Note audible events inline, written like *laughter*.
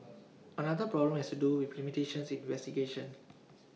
*noise* another problem has do with limitations in investigation